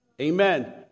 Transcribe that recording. Amen